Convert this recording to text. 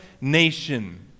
nation